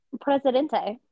Presidente